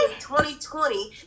2020